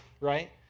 right